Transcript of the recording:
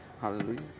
hallelujah